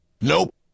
Nope